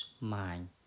mind